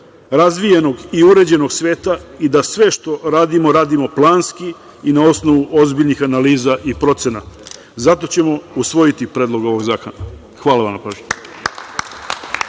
razvijenog i uređenog sveta i da sve što radimo, radimo planski i na osnovu ozbiljnih analiza i procena. Zato ćemo usvojiti Predlog ovog zakona. Hvala na pažnji.